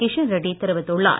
கிஷன் ரெட்டி தெரிவித்துள்ளார்